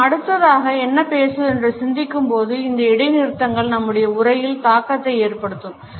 நாம் அடுத்ததாக என்ன பேசுவது என்று சிந்திக்கும் போது அந்த இடைநிறுத்தங்கள் நம்முடைய உரையில் தாக்கத்தை ஏற்படுத்தும்